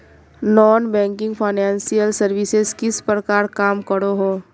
Non banking financial services किस प्रकार काम करोहो?